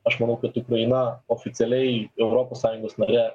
aš manau kad ukraina oficialiai europos sąjungos nare